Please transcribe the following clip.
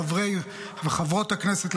חברי וחברות הכנסת,